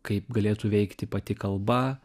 kaip galėtų veikti pati kalba